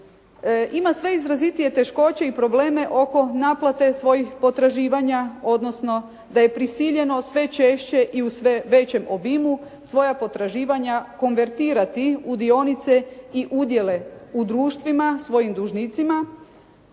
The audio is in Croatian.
ima sve izrazitije teškoće i probleme oko naplate svojih potraživanja, odnosno da je prisiljeno sve češće i u sve većem obimu svoja potraživanja konvertirati u dionice i udjele u društvima svojim dužnicima